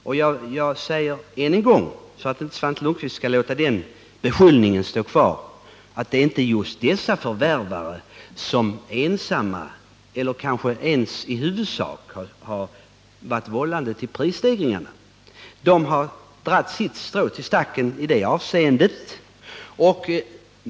Och jag säger än en gång, för att inte Svante Lundkvist skall låta beskyllningen kvarstå, att det inte är just dessa förvärvare som enbart eller ens i huvudsak varit vållande till prisstegringarna, men de har givetvis dragit sitt strå till stacken i det avseendet.